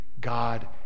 God